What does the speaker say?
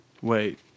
Wait